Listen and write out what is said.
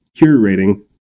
curating